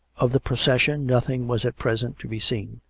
of the procession nothing was at present to be seen.